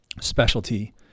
specialty